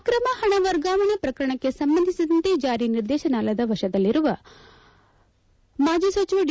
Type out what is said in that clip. ಅಕ್ರಮ ಹಣ ವರ್ಗಾವಣೆ ಪ್ರಕರಣಕ್ಕೆ ಸಂಬಂಧಿಸಿದಂತೆ ಜಾರಿ ನಿರ್ದೇಶನಾಲಯದ ವಶದಲ್ಲಿರುವ ಮಾಜಿ ಸಚಿವ ಡಿ